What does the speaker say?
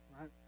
right